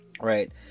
Right